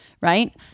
Right